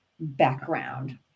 background